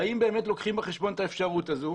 האם לוקחים בחשבון את האפשרות הזאת?